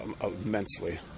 immensely